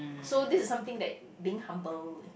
so this is something that being humble you know